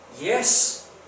Yes